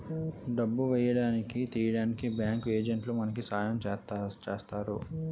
డబ్బు వేయడానికి తీయడానికి బ్యాంకు ఏజెంట్లే మనకి సాయం చేస్తారు